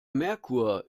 merkur